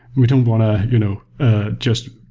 we don't want to you know ah just